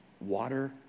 water